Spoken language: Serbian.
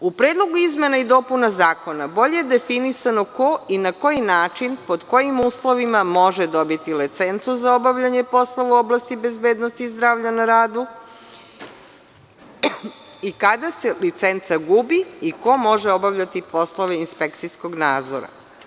U predlogu izmena i dopuna zakona bolje je definisano ko i na koji način, pod kojim uslovima može dobiti licencu za obavljanje poslova u oblasti bezbednosti zdravlja na radu i kada se licenca gubi i ko može obavljati poslove inspekcijskog nadzora.